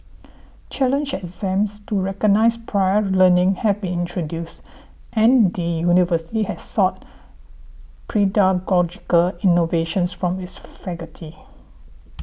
challenge exams to recognise prior learning have been introduced and the university has sought pedagogical innovations from its faculty